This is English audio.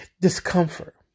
discomfort